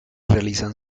realizan